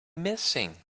missing